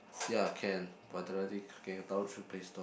ya can Vitality can download through play store